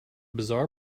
bizarre